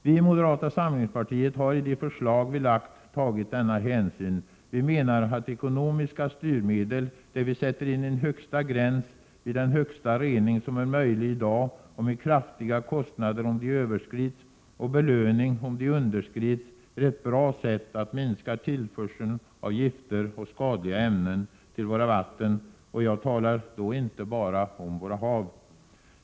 Vi i moderata samlingspartiet har i de förslag vi lagt fram tagit denna hänsyn. Vi menar att ekonomiska styrmedel, där vi sätter en gräns vid den högsta rening som är möjlig i dag, med kraftiga kostnader om gränsvärdena överskrids och belöning om de underskrids, är ett bra sätt att minska tillförseln av gifter och skadliga ämnen till våra vatten — och jag talar då inte bara om våra hav.